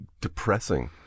depressing